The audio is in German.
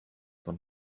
von